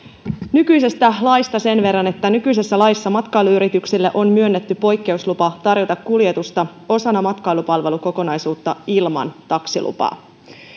nykyisestä laista sen verran että nykyisessä laissa matkailuyrityksille on myönnetty poikkeuslupa tarjota kuljetusta osana matkailupalvelukokonaisuutta ilman taksilupaa